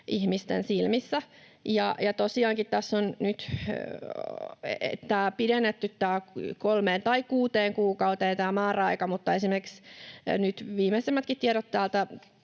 ihmisten silmissä. Tosiaankin tässä on nyt pidennetty kolmeen tai kuuteen kuukauteen tämä määräaika, mutta esimerkiksi nyt viimeisimmätkin tiedot täältä,